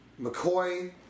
McCoy